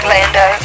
Lando